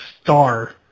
star